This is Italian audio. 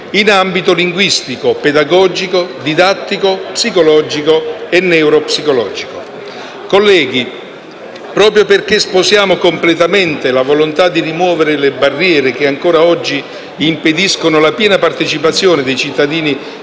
in ambito linguistico, pedagogico, didattico, psicologico e neuropsicologico. Colleghi, proprio perché sposiamo completamente la volontà di rimuovere le barriere, che ancora oggi impediscono la piena partecipazione dei cittadini